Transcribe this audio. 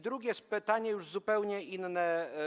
Drugie pytanie jest zupełnie inne.